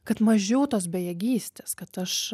kad mažiau tos bejėgystės kad aš